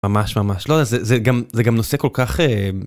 ממש ממש לא זה גם זה גם נושא כל כך.